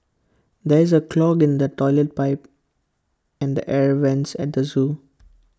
there is A clog in the Toilet Pipe and the air Vents at the Zoo